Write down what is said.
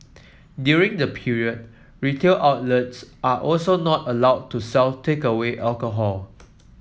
during the period retail outlets are also not allowed to sell takeaway alcohol